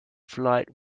flight